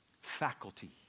faculty